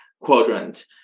Quadrant